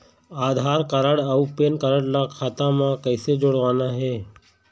आधार card अऊ PAN card ला खाता म कइसे जोड़वाना हे?